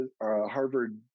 Harvard